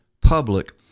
public